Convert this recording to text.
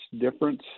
difference